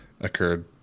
occurred